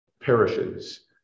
perishes